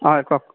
হয় কওক